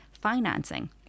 financing